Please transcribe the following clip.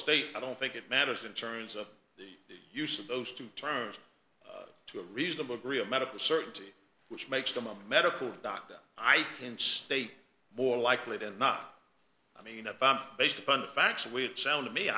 state i don't think it matters in terms of the use of those two terms to a reasonable degree of medical certainty which makes them a medical doctor i can state more likely than not i mean based upon the facts which sound to me